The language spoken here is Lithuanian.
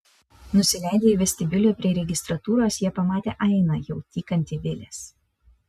nusileidę į vestibiulį prie registratūros jie pamatė ainą jau tykantį vilės